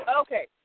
Okay